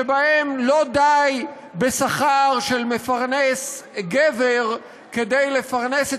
שבהן לא די בשכר של מפרנס גבר כדי לפרנס את